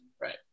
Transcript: Right